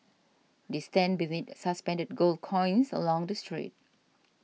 they stand beneath suspended gold coins along the street